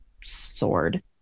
sword